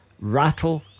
rattle